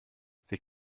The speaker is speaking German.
sie